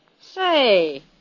Say